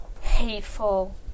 Hateful